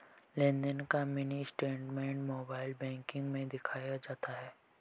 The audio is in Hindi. लेनदेन का मिनी स्टेटमेंट मोबाइल बैंकिग में दिख जाता है